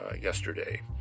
yesterday